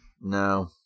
No